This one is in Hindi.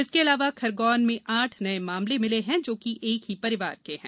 इसके अलावा खरगोन में आठ नए मामले मिले जो एक ही परिवार के हैं